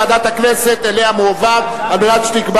ועדת הכנסת, אליה הצעת החוק מועברת, כדי שתקבע